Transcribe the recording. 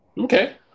Okay